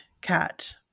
cat